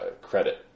credit